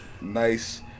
Nice